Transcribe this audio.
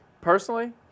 Personally